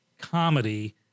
comedy